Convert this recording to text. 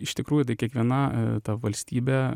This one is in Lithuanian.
iš tikrųjų tai kiekviena ta valstybė